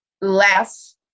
less